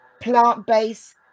plant-based